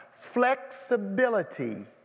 flexibility